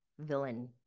villain